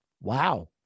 wow